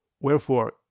wherefore